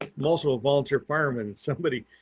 and also volunteer fireman. somebody,